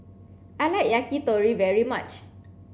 I like Yakitori very much